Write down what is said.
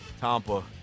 Tampa